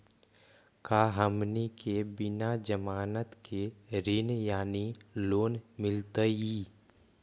का हमनी के बिना जमानत के ऋण यानी लोन मिलतई?